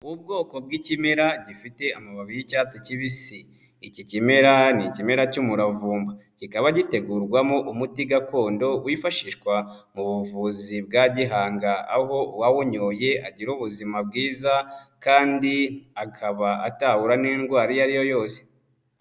Ubwoko bw'ikimera gifite amababi y'icyatsi kibisi. Iki kimera ni ikimera cy'umuravumba, kikaba gitegurwamo umuti gakondo wifashishwa mu buvuzi bwa gihanga, aho uwawunyoye agira ubuzima bwiza kandi akaba atahura n'indwara iyo ari yo yose.